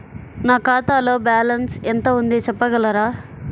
నా ఖాతాలో బ్యాలన్స్ ఎంత ఉంది చెప్పగలరా?